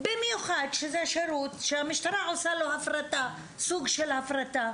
במיוחד כשזה שירות שהמשטרה עושה לו סוג של הפרטה,